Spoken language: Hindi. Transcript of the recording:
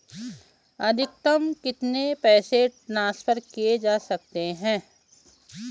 अधिकतम कितने पैसे ट्रांसफर किये जा सकते हैं?